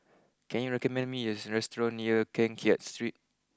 can you recommend me a restaurant near Keng Kiat Street